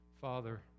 Father